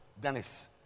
Dennis